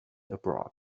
abroad